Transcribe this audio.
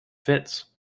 fits